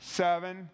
seven